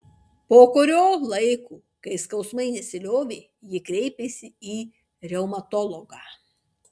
po kurio laiko kai skausmai nesiliovė ji kreipėsi į reumatologą